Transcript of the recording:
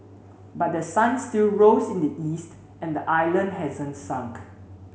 but the sun still rose in the east and the island hasn't sunk